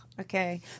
Okay